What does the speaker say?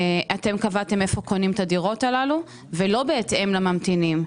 אתם קבעתם היכן קונים את הדירות הללו ולא בהתאם לממתינים.